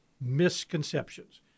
misconceptions